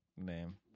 name